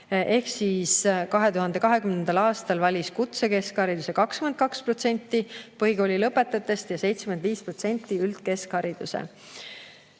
ehk 2020. aastal valis kutsekeskhariduse 22% põhikoolilõpetajatest ja 75% üldkeskhariduse.